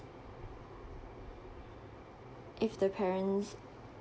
if the parents